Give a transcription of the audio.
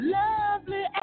lovely